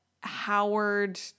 Howard